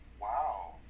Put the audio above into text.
Wow